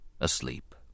asleep